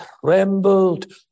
trembled